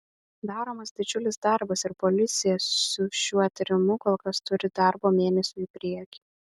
daromas didžiulis darbas ir policija su šiuo tyrimu kol kas turi darbo mėnesiui į priekį